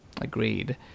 agreed